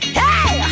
hey